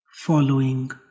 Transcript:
Following